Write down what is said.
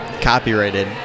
copyrighted